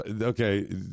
Okay